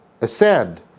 ascend